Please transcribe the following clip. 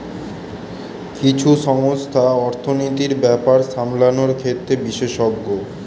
কিছু সংস্থা অর্থনীতির ব্যাপার সামলানোর ক্ষেত্রে বিশেষজ্ঞ